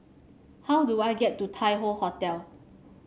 how do I get to Tai Hoe Hotel